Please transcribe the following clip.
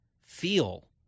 feel